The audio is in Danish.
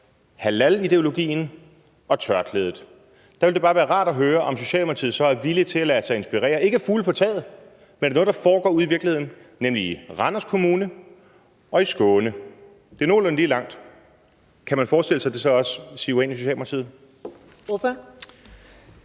halalideologien og tørklædet, ville det bare være rart at høre, om Socialdemokratiet så er villige til at lade sig inspirere, ikke af fugle på taget, men af noget, der foregår ude i virkeligheden, nemlig i Randers Kommune og i Skåne. Det er nogenlunde lige langt væk. Kan man forestille sig, at det så også siver ind i Socialdemokratiet?